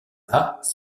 pas